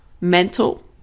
mental